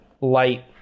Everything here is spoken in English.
light